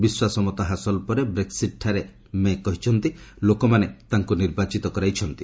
ବିଶ୍ୱାସ ମତ ହାସଲ ପରେ ବ୍ରେକ୍ସିଟ୍ଠାରେ ମେ' କହିଛନ୍ତି ଲୋକମାନେ ତାଙ୍କୁ ନିର୍ବାଚିତ କରାଇଛନ୍ତି